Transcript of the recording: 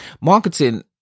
Marketing